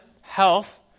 health